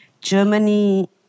Germany